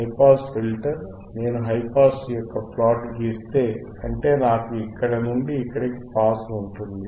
high pass filter నేను high pass యొక్క ప్లాట్లు గీస్తే అంటే నాకు ఇక్కడ నుండి ఇక్కడికి పాస్ ఉంటుంది